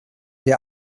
der